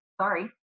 sorry